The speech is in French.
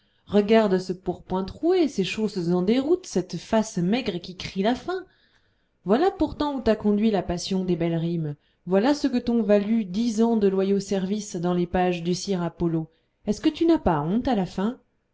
regarde ce pourpoint troué ces chausses en déroute cette face maigre qui crie la faim voilà pourtant où t'a conduit la passion des belles rimes voilà ce que t'ont valu dix ans de loyaux services dans les pages du sire apollo est-ce que tu n'as pas honte à la fin